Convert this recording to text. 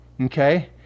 Okay